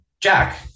Jack